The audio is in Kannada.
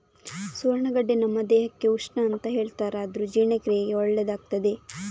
ಸುವರ್ಣಗಡ್ಡೆ ನಮ್ಮ ದೇಹಕ್ಕೆ ಉಷ್ಣ ಅಂತ ಹೇಳ್ತಾರಾದ್ರೂ ಜೀರ್ಣಕ್ರಿಯೆಗೆ ಒಳ್ಳೇದಾಗ್ತದೆ